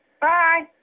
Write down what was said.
Bye